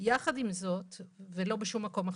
ולא בשום מקום אחר.